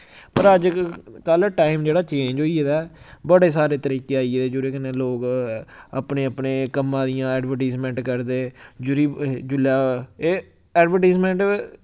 पर अज्ज कल टाइम जेह्ड़ा चेंज होई गेदा ऐ बड़े सारे तरीके आई गेदे जुदे कन्नै लोक अपने अपने कम्मा दियां एडवरटीजमैंट करदे जुदी जुल्लै एह् एडवरटीजमैंट